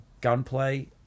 gunplay